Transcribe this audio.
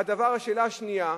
והשאלה השנייה,